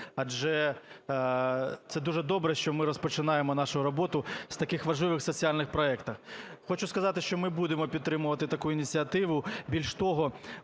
адже це дуже добре, що ми розпочинаємо нашу роботу з таких важливих соціальних проектів. Хочу сказати, що ми будемо підтримувати таку ініціативу. Більш того,